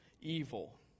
evil